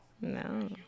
No